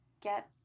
Get